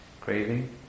craving